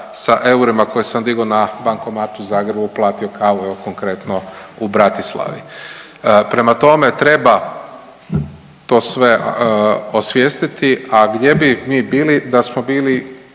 sa eurima koje sam digao na bankomatu u Zagrebu platio kavu evo konkretno u Bratislavi. Prema tome, treba to sve osvijestiti, a gdje bi mi bili da smo bili